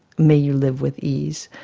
may you live with ease.